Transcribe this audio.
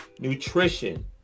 nutrition